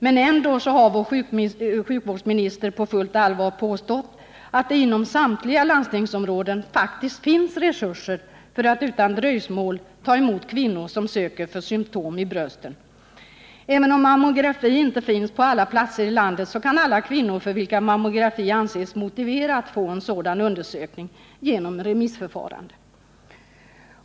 Men ändå har vår sjukvårdsminister på fullt allvar påstått att det inom samtliga landstingsområden faktiskt finns resurser för att utan dröjsmål ta emot kvinnor som söker för symtom i brösten. Även om mammografi inte finns på alla platser i landet så kan alla kvinnor för vilka mammografi anses motiverad få en sådan undersökning genom remissförfarande.